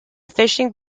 fishing